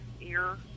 ear